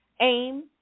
aim